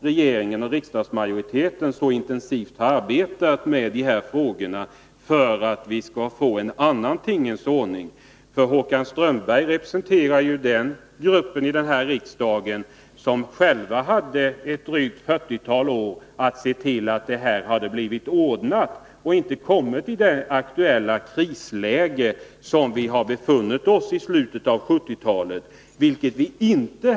Regeringen och riksdagsmajoriteten har intensivt arbetat med dessa frågor för att åstadkomma en annan tingens ordning. Håkan Strömberg representerar den grupp här i riksdagen som själv under ett drygt fyrtiotal år haft möjlighet att ordna dessa förhållanden så att vi inte hamnat i det aktuella krisläge där vi nu befinner oss sedan slutet av 1970-talet.